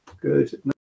Good